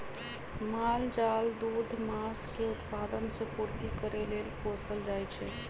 माल जाल दूध, मास के उत्पादन से पूर्ति करे लेल पोसल जाइ छइ